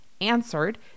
answered